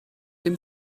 dem